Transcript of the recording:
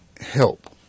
help